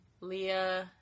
Leah